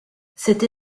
cette